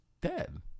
dead